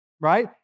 right